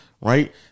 Right